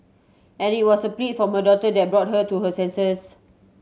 and it was a plea from her daughter that brought her to her senses